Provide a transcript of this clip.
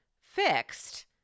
fixed